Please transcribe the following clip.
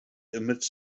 images